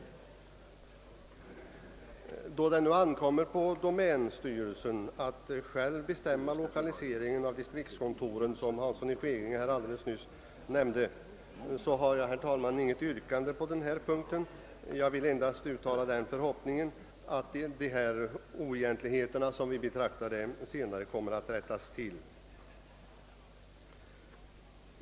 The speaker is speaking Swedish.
Eftersom det nu ankommer på domänstyrelsen — som herr Hansson i Skegrie nämnde alldeles nyss — att själv bestämma lokaliseringen av distriktskontoren, har jag inget yrkande på den här punkten, utan vill endast uttala förhoppningen : att missförhållandena senare kommer att rättas till.